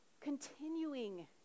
continuing